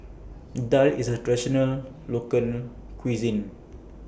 Daal IS A Traditional Local Cuisine